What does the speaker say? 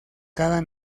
cada